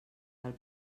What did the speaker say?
del